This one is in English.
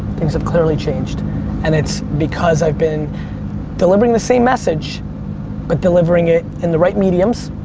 things have clearly changed and it's because i've been delivering the same message but delivering it in the right mediums,